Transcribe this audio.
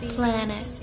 Planet